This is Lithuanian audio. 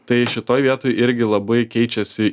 tai šitoj vietoj irgi labai keičiasi